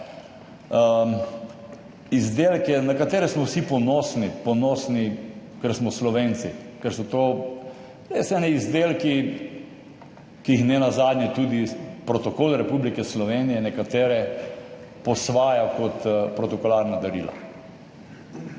izdelke, na katere smo vsi ponosni, ponosni, ker smo Slovenci, ker so to res eni izdelki, ki jih nenazadnje tudi Protokol Republike Slovenije nekatere posvaja kot protokolarna darila.